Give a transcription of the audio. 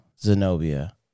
Zenobia